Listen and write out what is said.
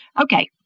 Okay